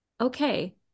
okay